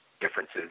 differences